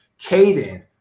Caden